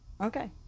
Okay